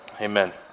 Amen